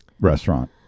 restaurant